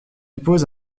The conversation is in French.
pose